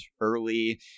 early